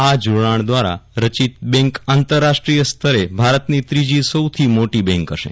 આ જોડાણ દ્વારા રચિત બેંક આંતર રાષ્ટ્રીય સ્તરે ભારતની ત્રીજી સૌથી મોટી બેંક થશે